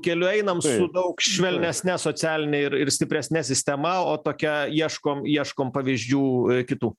keliu einam su daug švelnesne socialine ir ir stipresne sistema o tokia ieškom ieškom pavyzdžių kitų